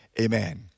Amen